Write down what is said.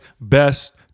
best